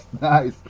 nice